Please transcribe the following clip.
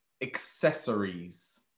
accessories